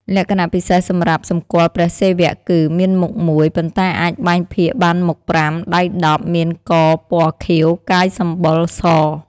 លក្ខណៈពិសេសសម្រាប់សម្គាល់ព្រះសិវៈគឺ មានមុខមួយ ប៉ុន្តែអាចបែងភាគបានមុខ ៥ ដៃ ១០ មានកពណ៌ខៀវ កាយសម្បុរ ស។។